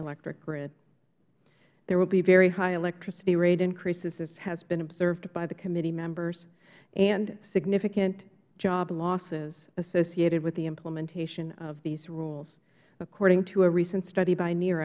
electric grid there will be very high electricity rate increases as has been observed by the committee members and significant job losses associated with the implementation of these rules according to a recent study by ne